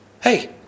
hey